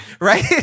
Right